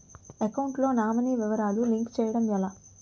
Account లో nominee వివరాలు link చేయటం ఎలా?